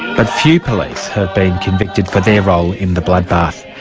but few police have been convicted for their role in the bloodbath.